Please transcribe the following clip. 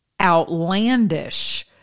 outlandish